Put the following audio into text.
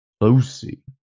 Lucy